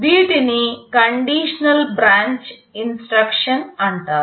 వీటిని conditional branch instruction అంటారు